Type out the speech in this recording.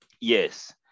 Yes